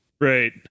right